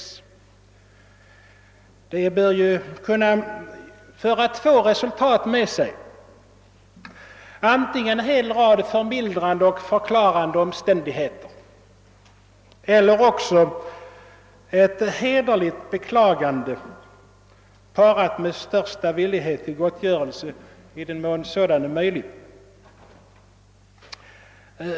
En sådan åtgärd bör kunna leda till två resultat: antingen en rad förmildrande och förklarande omständigheter eller ett hederligt beklagande parat med största villighet till gottgörelse i den mån sådan är möjlig.